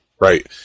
Right